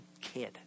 kid